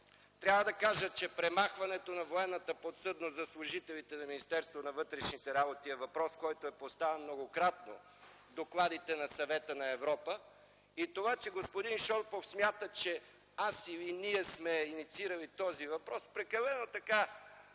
Трябва да кажа, че премахването на военната подсъдност за служителите на Министерство на вътрешните работи е въпрос, поставян многократно в докладите на Съвета на Европа. Това, че господин Шопов смята, че аз или ние сме инициирали този въпрос, засилва